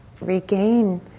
regain